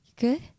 Good